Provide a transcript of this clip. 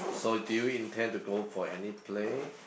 so do you intend to go for any play